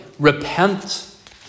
Repent